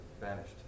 vanished